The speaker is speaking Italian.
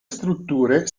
strutture